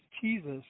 Jesus